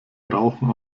rauchen